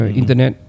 internet